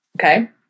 Okay